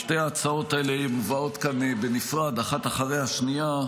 שתי ההצעות האלה מובאות כאן בנפרד אחת אחרי השנייה.